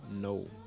no